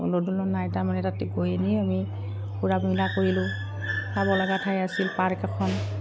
নাই তাৰমানে আমি ফুৰা মেলা কৰিলোঁ চাব লগা ঠাই আছিল পাৰ্ক এখন